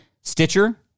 Stitcher